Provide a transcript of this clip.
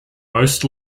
most